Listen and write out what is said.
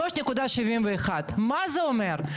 3.71, מה זה אומר?